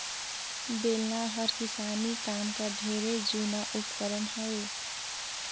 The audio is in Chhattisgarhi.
बेलना हर किसानी काम कर ढेरे जूना उपकरन हवे